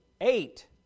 Eight